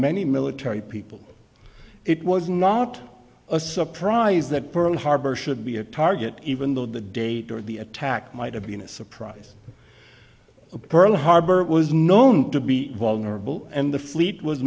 many military people it was not a surprise that pearl harbor should be a target even though the date of the attack might have been a surprise pearl harbor was known to be vulnerable and the fleet was